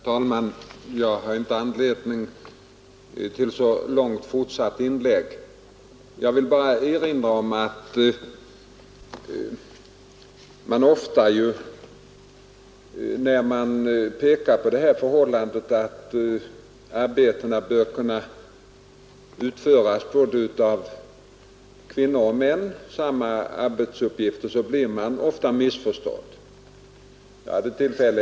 Herr talman! Jag har inte anledning till så långt fortsatt inlägg. Jag vill bara erinra om att man ofta blir missförstådd när man pekar på att samma arbetsuppgifter bör kunna utföras av både kvinnor och män.